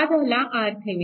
हा झाला RThevenin